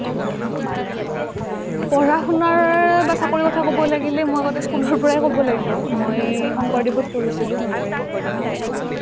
পঢ়া শুনাৰ বা চাকৰি কথা ক'ব লাগিলে মই প্ৰথম স্কুলৰ পৰাই ক'ব লাগিব মই শংকৰদেৱত পঢ়িছিলোঁ নলবাৰী শংকৰদেৱতে